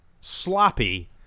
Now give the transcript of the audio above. sloppy